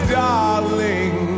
darling